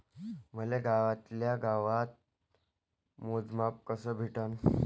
मले गावातल्या गावात मोजमाप कस भेटन?